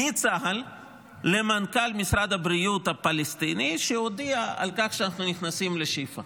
מצה"ל למנכ"ל משרד הבריאות הפלסטיני שהודיע על כך שאנחנו נכנסים לשיפא